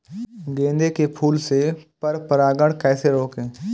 गेंदे के फूल से पर परागण कैसे रोकें?